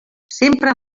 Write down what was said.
sempre